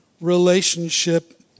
relationship